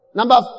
Number